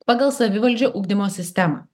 pagal savivaldžio ugdymo sistemą